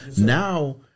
Now